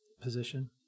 position